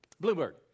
Bluebird